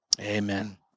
amen